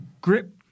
grip